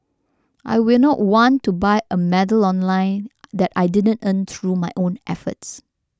I will not want to buy a medal online that I didn't earn through my own efforts